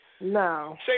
No